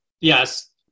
yes